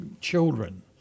children